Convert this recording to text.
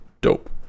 dope